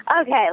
Okay